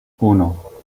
uno